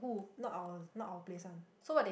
not out not our place [one]